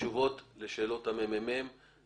תשובות לשאלות מרכז המחקר והמידע של הכנסת.